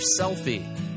selfie